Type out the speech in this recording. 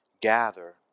gather